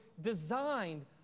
designed